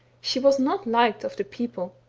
she was not liked of the people.